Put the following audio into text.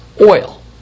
oil